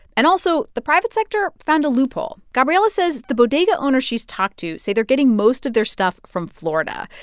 and also, the private sector found a loophole. gabriela says the bodega owners she's talked to say they're getting most of their stuff from florida,